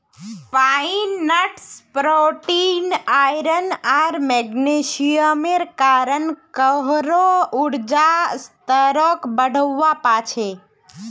pine nuts protein, iron आर मैग्नीशियमेर कारण काहरो ऊर्जा स्तरक बढ़वा पा छे